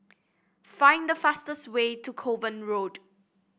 find the fastest way to Kovan Road